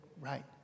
right